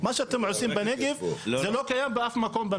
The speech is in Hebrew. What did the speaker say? מה שאתם עושים בנגב, זה לא קיים באף מקום.